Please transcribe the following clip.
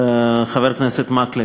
חבר הכנסת מקלב.